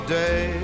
day